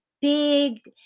big